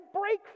break